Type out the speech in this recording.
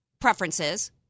preferences